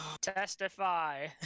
testify